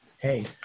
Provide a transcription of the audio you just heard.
Hey